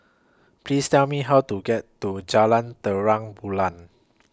Please Tell Me How to get to Jalan Terang Bulan